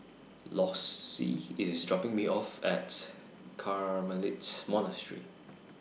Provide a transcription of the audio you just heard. Lossie IS dropping Me off At Carmelite Monastery